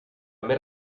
més